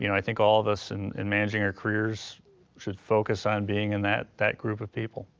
you know i think all of us and in managing our careers should focus on being in that that group of people.